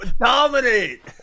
dominate